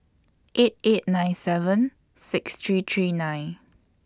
eight eight nine seven six three three nine